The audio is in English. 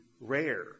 rare